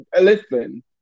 listen